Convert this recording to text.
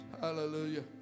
Hallelujah